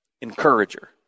Encourager